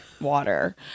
water